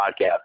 podcast